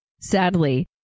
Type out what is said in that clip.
sadly